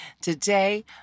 Today